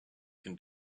can